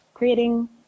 creating